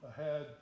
ahead